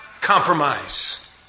compromise